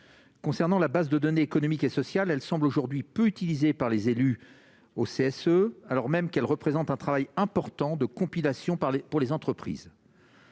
concernant la base de données économiques et sociales, elle semble aujourd'hui peu utilisé par les élus au CSE, alors même qu'elle représente un travail important de compilation parler pour les entreprises.